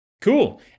Cool